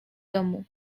domu